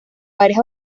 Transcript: varias